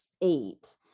eight